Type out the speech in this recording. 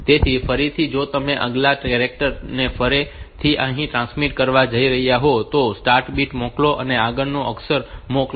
તેથી ફરીથી જો તમે આગલા કેરેક્ટર ને ફરીથી અહીં ટ્રાન્સમિટ કરવા જઈ રહ્યા હોવ તો સ્ટાર્ટ બીટ મોકલો અને આગળનો અક્ષર મોકલો